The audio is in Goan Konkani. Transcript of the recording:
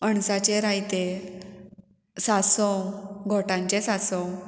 अणसाचे रायते सासंव घोटांचे सासंव